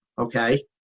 okay